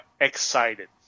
excited